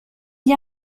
gli